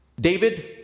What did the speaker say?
David